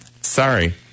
sorry